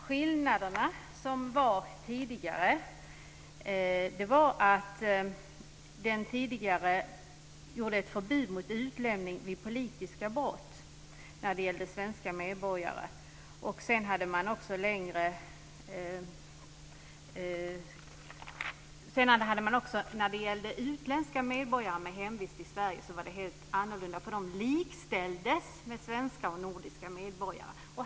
Skillnaden mot tidigare konvention är att i den tidigare konventionen fanns ett förbud mot utlämning av svenska medborgare vid politiska brott. Det var helt annorlunda när det gällde utländska medborgare med hemvist i Sverige. De likställdes med svenska och nordiska medborgare.